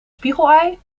spiegelei